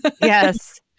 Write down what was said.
Yes